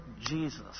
Jesus